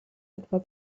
etwa